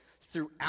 throughout